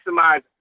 Maximize